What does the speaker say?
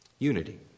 Unity